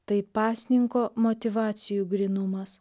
tai pasninko motyvacijų grynumas